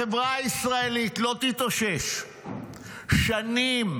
החברה הישראלית לא תתאושש שנים,